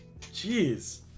Jeez